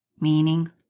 meaning